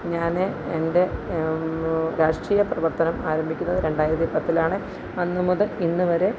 ഞാൻ എൻ്റെ രാഷ്ട്രീയ പ്രവർത്തനം ആരംഭിക്കുന്നത് രണ്ടായിരത്തി പത്തിലാണ് അന്ന് മുതൽ ഇന്ന് വരെ